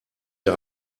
der